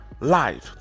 life